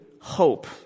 hope